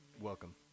welcome